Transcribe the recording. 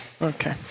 Okay